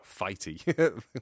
fighty